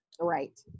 Right